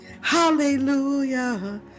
Hallelujah